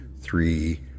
three